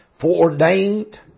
foreordained